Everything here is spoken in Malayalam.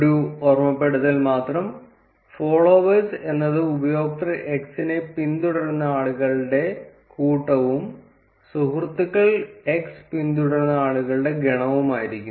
ഒരു ഓർമ്മപ്പെടുത്തൽ മാത്രം ഫോളോവേഴ്സ് എന്നത് ഉപയോക്തൃ x നെ പിന്തുടരുന്ന ആളുകളുടെ കൂട്ടവും സുഹൃത്തുക്കൾ x പിന്തുടരുന്ന ആളുകളുടെ ഗണവുമായിരിക്കും